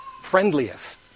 friendliest